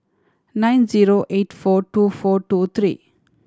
nine zero eight four two four two three